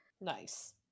Nice